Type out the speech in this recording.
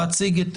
להציג את